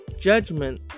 Judgment